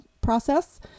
process